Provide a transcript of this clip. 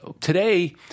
today